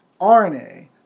RNA